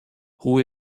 hoe